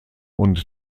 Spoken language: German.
und